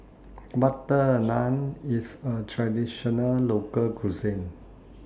Butter Naan IS A Traditional Local Cuisine